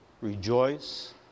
Rejoice